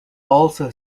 also